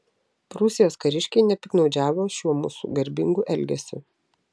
prūsijos kariškiai nepiktnaudžiavo šiuo mūsų garbingu elgesiu